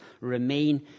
Remain